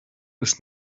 ist